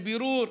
עמד לבירור.